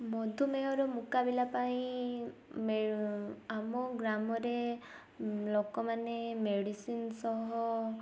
ମଧୁମେହର ମୁକାବିଲା ପାଇଁ ଆମ ଗ୍ରାମରେ ଲୋକମାନେ ମେଡ଼ିସିନ୍ ସହ